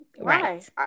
Right